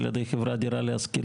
על ידי חברת "דירה להשכיר",